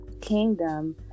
kingdom